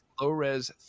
low-res